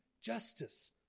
justice